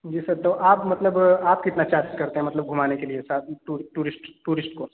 जी sir तो आप मतलब आप कितना चार्ज करते हैं मतलब घुमाने के लिए साथ में टूरिस्ट टूरिस्ट को